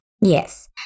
Yes